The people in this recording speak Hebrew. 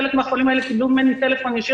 חלק מן החולים האלה קיבלו ממני טלפון ישיר